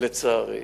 לצערי.